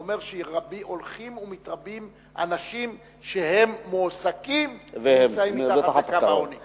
שאומר שהולכים ומתרבים אנשים שהם מועסקים ונמצאים מתחת לקו העוני.